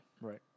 Right